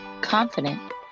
confident